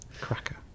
cracker